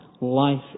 life